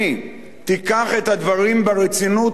תיקח את הדברים ברצינות הראויה.